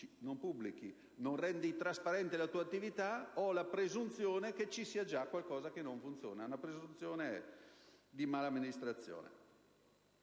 non pubblica e non rende trasparente la sua attività si presume che ci sia già qualcosa che non funziona, c'è una presunzione di mala amministrazione.